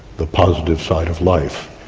the positive side of life.